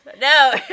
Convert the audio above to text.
No